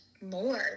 more